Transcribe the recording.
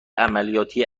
عملیاتی